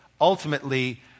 ultimately